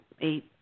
eight